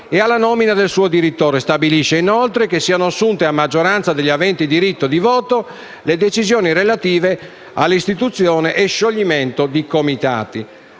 e alla nomina del suo direttore. Stabilisce inoltre che siano assunte a maggioranza degli aventi diritto di voto le decisioni relative alla istituzione o scioglimento dei comitati.